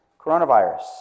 coronavirus